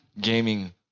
gaming